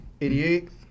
88